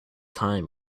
time